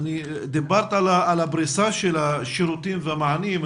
דיברת על הפריסה של השירותים והמענים.